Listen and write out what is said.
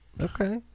Okay